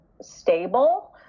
stable